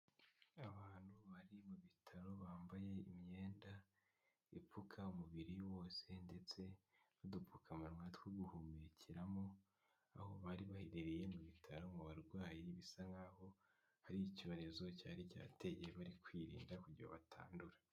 Abantu bari mu bitaro bambaye imyenda ipfuka umubiri wose ndetse n'udupfukamunwa two guhumekeramo aho bari baherereye ni mu bitaro mu barwayi bisa nk'aho hari icyorezo cyari cyarateye bari kwirinda kugira batandura.